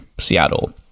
Seattle